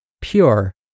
pure